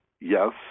Yes